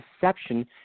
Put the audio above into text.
deception